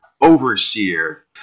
overseer